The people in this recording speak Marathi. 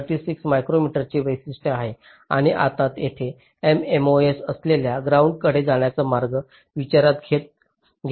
36 मायक्रोमीटरची वैशिष्ट्ये आहेत आणि आता येथे nMOS असलेल्या ग्राउंडकडे जाण्याचा मार्ग विचारात घेतला आहे